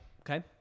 okay